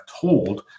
told